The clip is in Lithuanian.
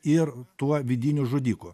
ir tuo vidiniu žudiku